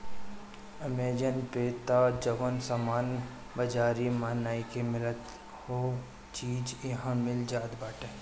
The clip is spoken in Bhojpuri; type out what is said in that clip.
अमेजन पे तअ जवन सामान बाजारी में नइखे मिलत उहो चीज इहा मिल जात बाटे